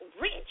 rich